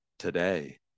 today